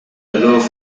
aloof